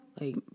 like-